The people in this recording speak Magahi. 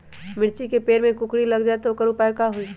मिर्ची के पेड़ में कोकरी लग जाये त वोकर उपाय का होई?